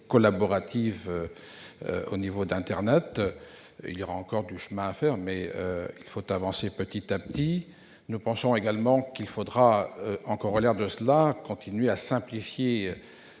collaborative au niveau d'internet. Il y a encore du chemin à faire, mais il faut avancer pas à pas. Nous pensons également qu'il faudra, en corollaire, continuer à simplifier